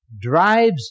drives